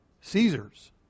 Caesar's